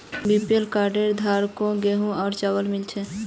BPL card धारकों गेहूं और चावल मिल छे